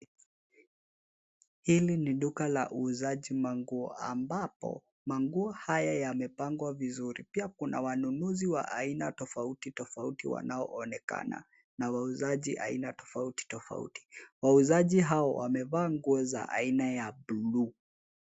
Hili ni duka la uuzaji manguo ambapo manguo haya yamepangwa vizuri. Pia kuna wanunuzi wa aina tofauti tofauti wanaonekana nza wauzaji aina tofauti tofauti . Wauzaji hao wamevaa nguo za aina ya bluu